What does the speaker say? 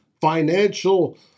financial